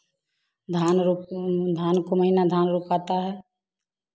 धान रोप धान को महीना धान रोपाता है